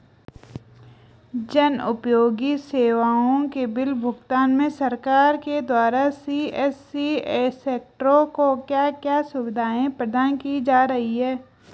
जन उपयोगी सेवाओं के बिल भुगतान में सरकार के द्वारा सी.एस.सी सेंट्रो को क्या क्या सुविधाएं प्रदान की जा रही हैं?